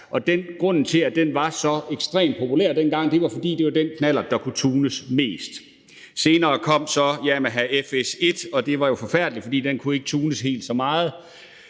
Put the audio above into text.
Og grunden til, at den var så ekstremt populær dengang, var, at det var den knallert, der kunne tunes mest. Senere kom så Yamaha FS1, og det var jo forfærdeligt, for den kunne ikke tunes helt så meget.